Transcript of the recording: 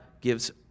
gives